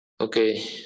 okay